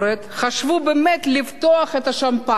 חשבו באמת לפתוח את השמפניה,